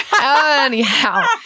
Anyhow